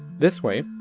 this way,